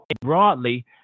broadly